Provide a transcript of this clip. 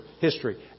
history